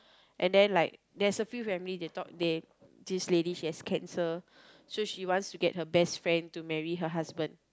and then like there's a few family that thought they this lady she has cancer so she wants to get her best friend to marry her husband